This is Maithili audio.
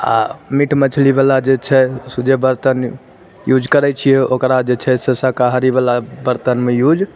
आओर मीट मछलीवला जे छै से जे बर्तन यूज करय छियै ओकरा जे छै से शाकाहारीवला बर्तनमे यूज